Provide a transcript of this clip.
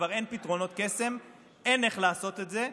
כבר אין פתרונות קסם, אין איך לעשות את זה.